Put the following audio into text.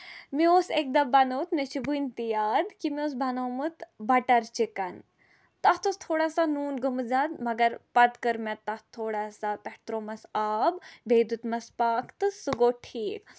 مےٚ اوس اَکہِ دۄہ بَنومُت مےٚ چھُ ؤنہِ تہِ یاد کہِ مےٚ اوس بَنومُت بَٹر چِکن تَتھ اوس تھوڑا سا نوٗن گوٚومُت زیادٕ مَگر پَتہٕ کٔر مےٚ تَتھ تھوڑا سا پٮ۪ٹھٕ تراومَس آب بیٚیہِ دیُتمَس پاکھ تہٕ سُہ گوو ٹھیٖک